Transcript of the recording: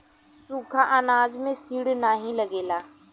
सुखा अनाज में सीड नाही लगेला